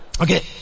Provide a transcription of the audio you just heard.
Okay